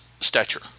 stature